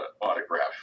autograph